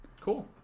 Cool